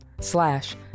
slash